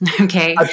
okay